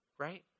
right